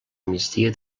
migdia